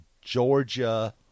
Georgia